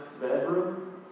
bedroom